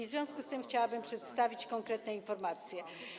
W związku z tym chciałabym przedstawić konkretne informacje.